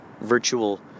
Virtual